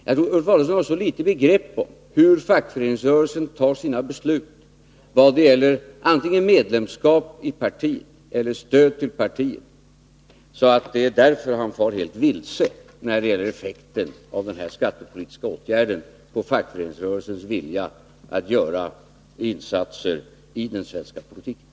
Jag tror att Ulf Adelsohn har så litet begrepp om hur fackföreningsrörelsen tar sina beslut i vad gäller antingen medlemskap i partiet eller stöd till partiet, att han far helt vilse i fråga om effekten av den här skattepolitiska åtgärden och fackföreningsrörelsens vilja att göra insatser i den svenska politiken.